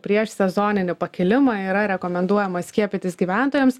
prieš sezoninį pakilimą yra rekomenduojama skiepytis gyventojams